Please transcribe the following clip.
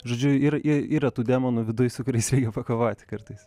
žodžiu ir ir yra tų demonų viduj su kuriais reikia pakovot kartais